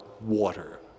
water